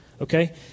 Okay